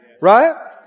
Right